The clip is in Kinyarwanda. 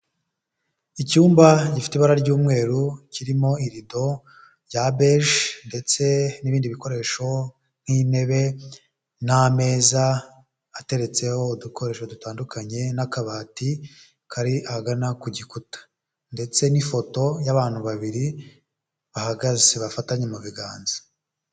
Icyumba gifite ibara ry'umweru, kirimo irido rya beje, ndetse n'ibindi bikoresho nk'intebe, n'ameza, ateretseho udukoresho dutandukanye, n'akabati kari ahagana ku gikuta, ndetse n'ifoto y'abantu babiri bahagaze bafatanye mu biganza.